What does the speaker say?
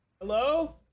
Hello